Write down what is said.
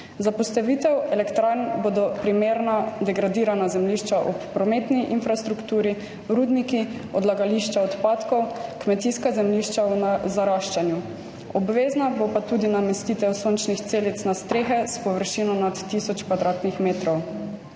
Za postavitev elektrarn bodo primerna degradirana zemljišča ob prometni infrastrukturi, rudniki, odlagališča odpadkov, kmetijska zemljišča v zaraščanju. Obvezna bo pa tudi namestitev sončnih celic na strehe s površino nad tisoč kvadratnih metrov.